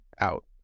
out